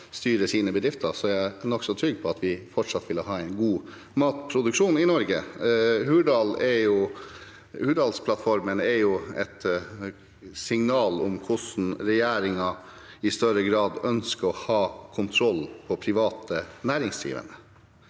styre sine bedrifter, er jeg nokså trygg på at vi fortsatt ville ha en god matproduksjon i Norge. Hurdalsplattformen er et signal om hvordan regjeringen i større grad ønsker å ha kontroll på private næringsdrivende.